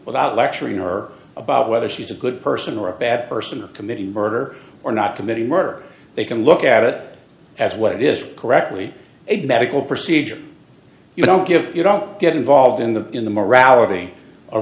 without lecturing her about whether she's a good person or a bad person committing murder or not committing murder they can look at it as what it is correctly it medical procedure you don't give you don't get involved in the in the morality